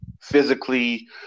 physically